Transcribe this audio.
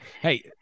hey